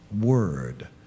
word